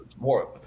More